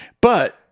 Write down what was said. But-